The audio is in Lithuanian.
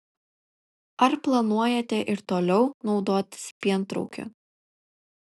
ar planuojate ir toliau naudotis pientraukiu